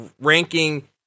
ranking